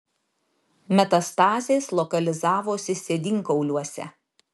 metastazės lokalizavosi sėdynkauliuose